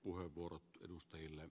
arvoisa puhemies